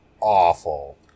awful